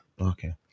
okay